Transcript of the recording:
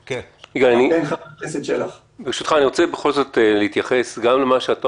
אני רוצה בכל זאת להתייחס גם אל מה שאתה